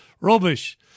Rubbish